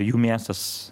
jų miestas